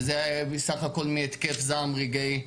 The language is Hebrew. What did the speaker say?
וזה היה בסך הכול מהתקף זעם רגעי,